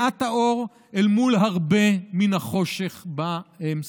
מעט האור אל מול הרבה מן החושך שבו הם שרויים.